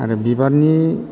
आरो बिबारनि